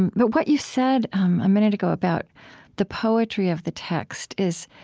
and but what you said a minute ago about the poetry of the text is,